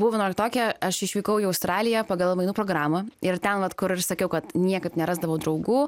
buvau vienuoliktokė aš išvykau į australiją pagal mainų programą ir ten vat kur ir sakiau kad niekaip nerasdavau draugų